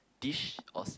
dish or